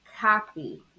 copy